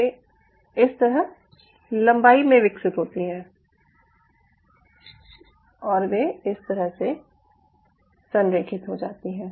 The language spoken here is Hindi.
वे इस तरह लम्बाई में विकसित होती हैं और वे इस तरह से संरेखित हो जाती हैं